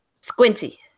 Squinty